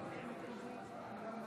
אינו נוכח חיים כץ, אינו נוכח ישראל כץ,